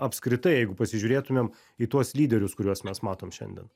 apskritai jeigu pasižiūrėtumėm į tuos lyderius kuriuos mes matom šiandien